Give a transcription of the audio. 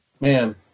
man